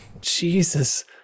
jesus